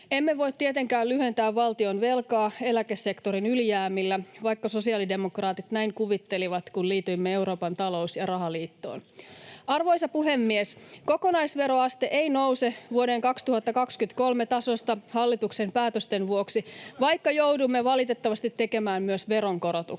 Emme voi tietenkään lyhentää valtionvelkaa eläkesektorin ylijäämillä, vaikka sosialidemokraatit näin kuvittelivat, kun liityimme Euroopan talous- ja rahaliittoon. Arvoisa puhemies! Kokonaisveroaste ei nouse vuoden 2023 tasosta hallituksen päätösten vuoksi, vaikka joudumme valitettavasti tekemään myös veronkorotuksia.